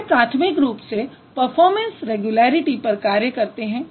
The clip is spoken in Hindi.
वे प्राथमिक रूप से परफॉरमैंस रैग्युलैरिटी पर कार्य करते हैं